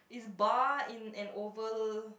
is bar in an oval